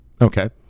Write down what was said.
Okay